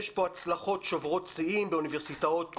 יש פה הצלחות שוברות שיאים באוניברסיטאות באסיה,